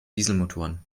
dieselmotoren